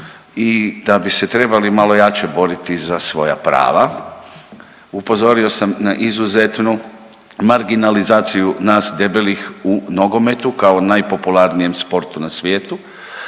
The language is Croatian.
i da bi se trebali malo jače boriti za svoja prava. Upozorio sam na izuzetnu marginalizaciju nas debelih u nogometu kao najpopularnijem sportu na svijetu,